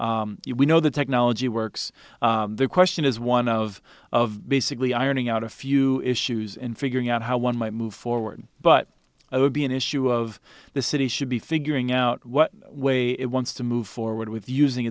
we know the technology works the question is one of of basically ironing out a few issues in figuring out how one might move forward but it would be an issue of the city should be figuring out what way it wants to move forward with using